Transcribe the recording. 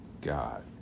God